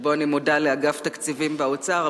שבו אני מודה לאגף תקציבים באוצר,